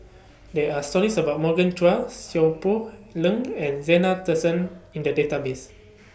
There Are stories about Morgan Chua Seow Poh Leng and Zena in The Database